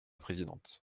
présidente